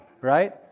right